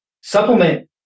supplement